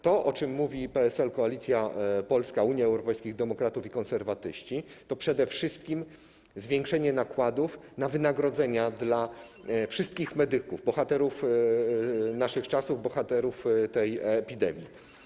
To, o czym mówi Koalicja Polska - PSL, Unia Europejskich Demokratów, Konserwatyści, to przede wszystkim zwiększenie nakładów na wynagrodzenia dla wszystkich medyków, bohaterów naszych czasów, bohaterów tej epidemii.